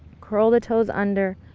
curl the toes under,